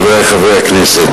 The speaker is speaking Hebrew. חברי חברי הכנסת,